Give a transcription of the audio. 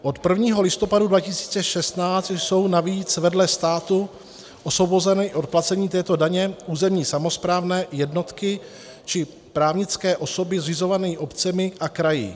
Od 1. listopadu 2016 jsou navíc vedle státu osvobozeny od placení této daně územní samosprávné jednotky či právnické osoby zřizované obcemi a kraji.